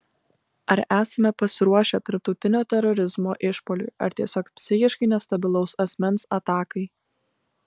ar esame pasiruošę tarptautinio terorizmo išpuoliui ar tiesiog psichiškai nestabilaus asmens atakai